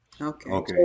Okay